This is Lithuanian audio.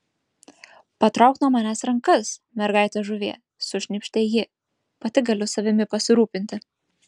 patrauk nuo manęs rankas mergaite žuvie sušnypštė ji pati galiu savimi pasirūpinti